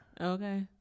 Okay